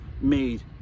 made